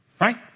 right